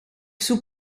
zoek